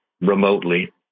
remotely